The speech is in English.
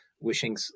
wishing